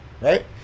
right